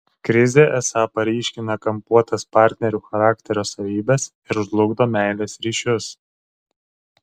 krizė esą paryškina kampuotas partnerių charakterio savybes ir žlugdo meilės ryšius